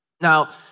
Now